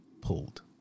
pulled